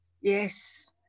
Yes